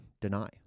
deny